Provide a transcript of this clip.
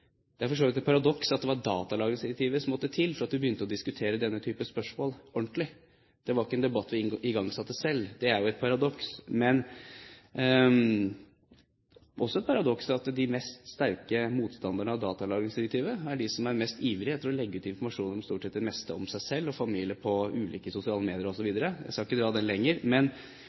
Det er for så vidt et paradoks at det var datalagringsdirektivet som måtte til for å begynne å diskutere denne typen spørsmål ordentlig, det var ikke en debatt vi igangsatte selv. Det er et paradoks. Det er også et paradoks at de sterkeste motstanderne av datalagringsdirektivet er de som er ivrigst etter å legge ut informasjon om stort sett det meste om seg selv og familien på ulike sosiale medier osv. Jeg skal ikke dra den lenger, men